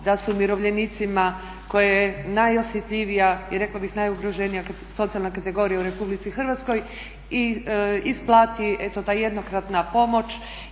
da se umirovljenicima koja je najosjetljivija i rekla bih najugroženija socijalna kategorija u Republici Hrvatskoj i isplati eto ta jednokratna pomoć.